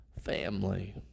family